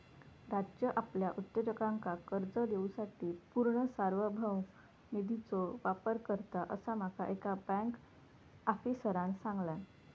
राज्य आपल्या उद्योजकांका कर्ज देवूसाठी पूर्ण सार्वभौम निधीचो वापर करता, असा माका एका बँक आफीसरांन सांगल्यान